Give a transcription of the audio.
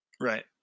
Right